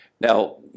Now